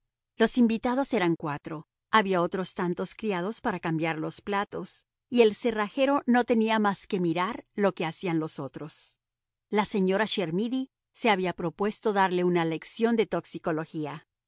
los invitados eran cuatro había otros tantos criados para cambiar los platos y el cerrajero no tenía más que mirar lo que hacían los otros la señora chermidy se había propuesto darle una lección de toxicología